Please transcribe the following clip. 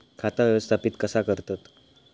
खाता व्यवस्थापित कसा करतत?